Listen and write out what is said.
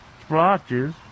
splotches